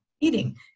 eating